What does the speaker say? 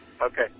Okay